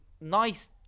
nice